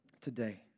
today